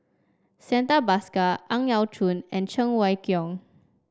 Santha Bhaskar Ang Yau Choon and Cheng Wai Keung